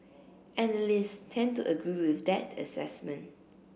analysts tend to agree with that assessment